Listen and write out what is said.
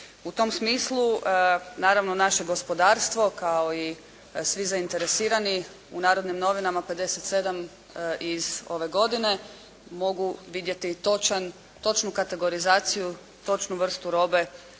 U tom smislu, naravno naše gospodarstvo kao i svi zainteresirani u "Narodnim novinama" br. 57./08. mogu vidjeti točnu kategorizaciju, točnu vrstu robe